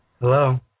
Hello